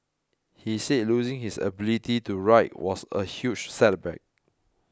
he said losing his ability to write was a huge setback